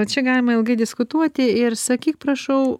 čia galima ilgai diskutuoti ir sakyk prašau